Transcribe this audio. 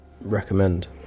recommend